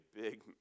big